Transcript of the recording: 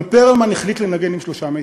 אבל פרלמן החליט לנגן עם שלושה מיתרים.